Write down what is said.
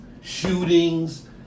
shootings